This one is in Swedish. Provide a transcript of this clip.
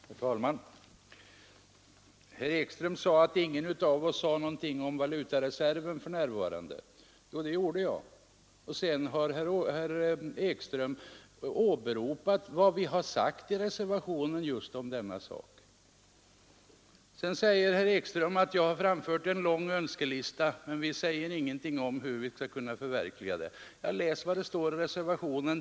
Herr talman! Herr Ekström påstod att ingen av oss sade någonting om den nuvarande valutareserven. Jo, det gjorde jag. Sedan åberopade herr Ekström vad vi sagt i reservationen just om denna sak. Herr Ekström påstod vidare att jag har framfört en lång önskelista men att vi ingenting sagt om hur vi skulle kunna förverkliga den. Ja, läs vad som står i reservationen.